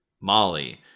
Molly